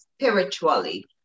spiritually